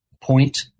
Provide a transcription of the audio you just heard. point